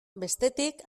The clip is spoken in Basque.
bestetik